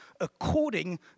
according